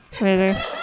later